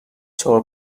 چهار